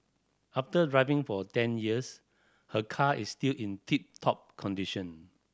after driving for ten years her car is still in tip top condition